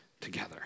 together